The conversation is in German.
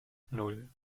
nan